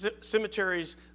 cemeteries